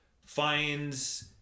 finds